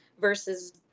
versus